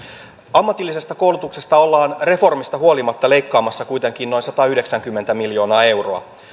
ammatillisesta koulutuksesta ollaan reformista huolimatta leikkaamassa kuitenkin noin satayhdeksänkymmentä miljoonaa euroa